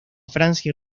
francia